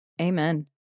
Amen